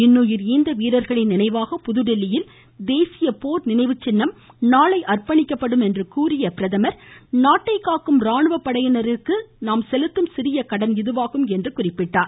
இன்னுயிர் ஈந்த வீரர்களின் நினைவாக புதுதில்லியில் தேசிய போர் நினைவுச்சின்னம் நாளை அர்ப்பணிக்கப்படும் என்று கூறிய பிரதமர் நாட்டை காக்கும் ராணுவப்படையினரின் நாம் செலுத்தும் சிறிய கடன் இதுவாகும் என்றார்